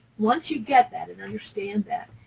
once you get that and understand that,